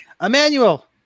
Emmanuel